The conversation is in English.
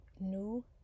new